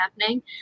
happening